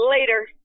Later